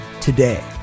today